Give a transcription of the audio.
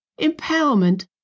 empowerment